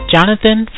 Jonathan